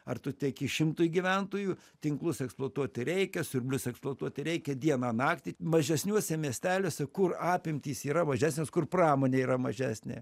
ar tu tieki šimtui gyventojų tinklus eksploatuoti reikia siurblius eksploatuoti reikia dieną naktį mažesniuose miesteliuose kur apimtys yra mažesnės kur pramonė yra mažesnė